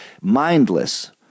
mindless